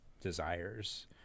desires